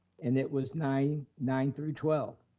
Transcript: and it was nine nine through twelve.